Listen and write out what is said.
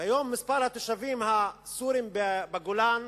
כיום מספר התושבים הסורים בגולן